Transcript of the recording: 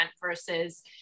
versus